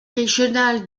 régional